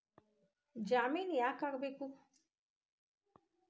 ಜಾಮಿನ್ ಯಾಕ್ ಆಗ್ಬೇಕು?